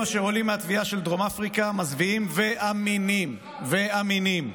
אשר עולים מהתביעה של דרום אפריקה מזוויעים ואמינים" ואמינים.